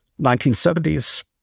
1970s